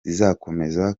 zizakomeza